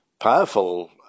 powerful